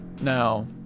Now